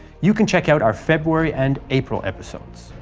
you can check out our february and april episodes.